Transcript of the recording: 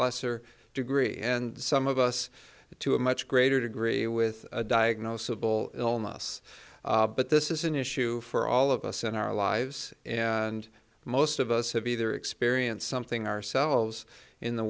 lesser degree and some of us to a much greater degree with a diagnosable illness but this is an issue for all of us in our lives and most of us have either experienced something ourselves in the